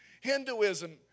Hinduism